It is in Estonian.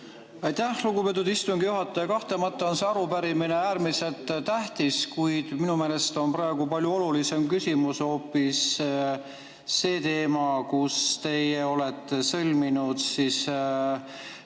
Aitäh, lugupeetud istungi juhataja! Kahtlemata on see arupärimine äärmiselt tähtis, kuid minu meelest on praegu palju olulisem küsimus hoopis see, et teie olete sõlminud